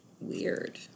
weird